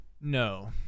No